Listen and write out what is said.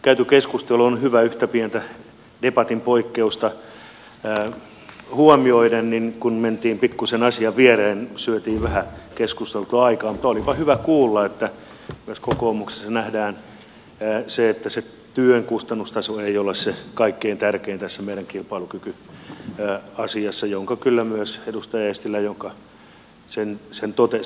käyty keskustelu on ollut hyvä yhtä pientä debatin poikkeusta huomioon ottamatta kun mentiin pikkuisen asian viereen syötiin vähän keskustelulta aikaa mutta olipa hyvä kuulla että myös kokoomuksessa nähdään se että se työn kustannustaso ei ole se kaikkein tärkein tässä meidän kilpailukykyasiassa minkä kyllä myös edustaja eestilä totesi